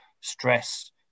stress